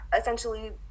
essentially